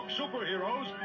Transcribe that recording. superheroes